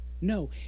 No